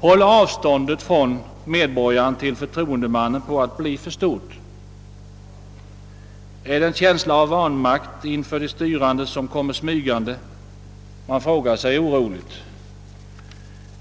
Håller avståndet från medborgaren till förtroendemannen på att bli för stort? Finns det en smygande känsla av vanmakt inför de styrande? frågar man sig oroligt.